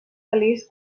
feliç